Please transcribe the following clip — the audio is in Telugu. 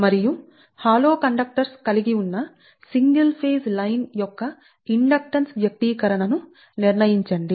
మరియు హాలోబోలు hollow కండక్టర్స్ కలిగి ఉన్న సింగల్ ఫేజ్ లైన్ యొక్క ఇండక్టెన్స్ వ్యక్తీకరణను నిర్ణయించండి